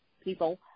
people